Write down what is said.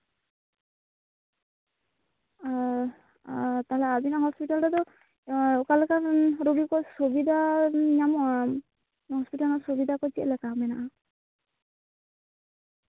ᱟᱨ ᱛᱟᱦᱞᱮ ᱟᱵᱤᱱᱟᱜ ᱦᱚᱥᱯᱤᱴᱟᱞ ᱨᱮᱫᱚ ᱚᱠᱟ ᱞᱮᱠᱟᱱ ᱨᱳᱜᱤ ᱠᱚ ᱥᱩᱵᱤᱫᱷᱟ ᱧᱟᱢᱟ ᱦᱚᱥᱯᱤᱴᱟᱞ ᱨᱮᱭᱟᱜ ᱥᱩᱵᱤᱫᱷᱟ ᱠᱚ ᱪᱮᱫ ᱞᱮᱠᱟ ᱢᱮᱱᱟᱜᱼᱟ